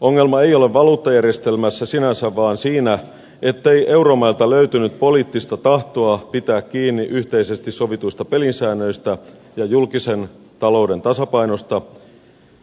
ongelma ei ole valuuttajärjestelmässä sinänsä vaan siinä ettei euromailta löytynyt poliittista tahtoa pitää kiinni yhteisesti sovituista pelisäännöistä ja julkisen talouden tasapainosta